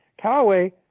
Callaway